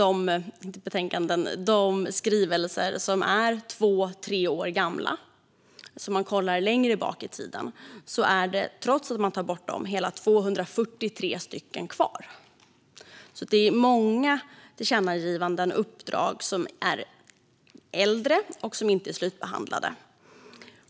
Om vi från dessa tar bort de skrivelser som är två tre år gamla och tittar längre bak i tiden är det ändå 120 kvar. Det är alltså många tillkännagivanden och uppdrag som är äldre och inte slutbehandlade.